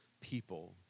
people